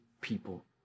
people